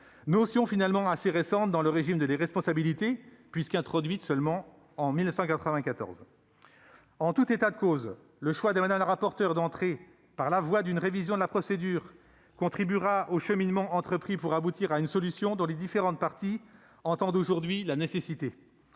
notion finalement assez récente dans le régime de l'irresponsabilité puisqu'elle a été introduite en 1994 seulement. En tout état de cause, le choix de Mme la rapporteure d'entrer par la voie d'une révision de la procédure contribuera au cheminement entrepris pour aboutir à une solution dont les différentes parties entendent aujourd'hui la nécessité.